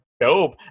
Dope